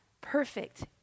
perfect